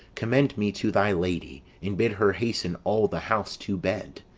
commend me to thy lady, and bid her hasten all the house to bed,